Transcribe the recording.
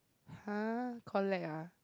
!huh! collect uh